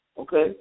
Okay